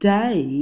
Day